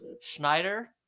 Schneider